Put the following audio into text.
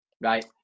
Right